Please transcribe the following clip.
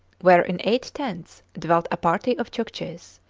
where in eight tents dwelt a party of chukches.